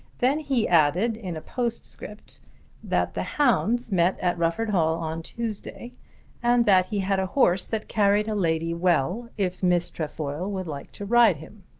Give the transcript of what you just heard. then he added in a postscript that the hounds met at rufford hall on tuesday and that he had a horse that carried a lady well if miss trefoil would like to ride him.